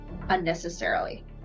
unnecessarily